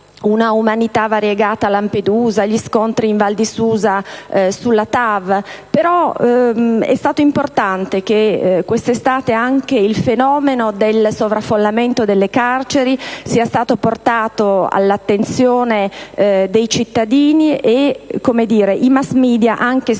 un'umanità variegata a Lampedusa, gli scontri in Val di Susa sulla TAV; però è stato importante che questa estate anche il fenomeno del sovraffollamento delle carceri sia stato portato all'attenzione dei cittadini e che i *massmedia*, anche se in